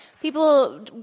people